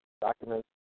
Documents